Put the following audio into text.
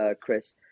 Chris